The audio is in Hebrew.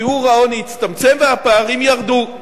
שיעור העוני הצטמצם והפערים ירדו.